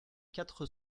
quatre